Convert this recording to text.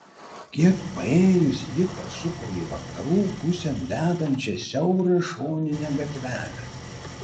kiek paėjus ji pasuko į vakarų pusėn vedančią siaurą šoninę gatvelę